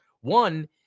one